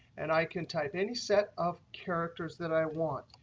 and i can type any set of characters that i want.